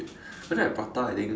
but then like prata I think